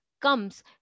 comes